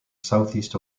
southeast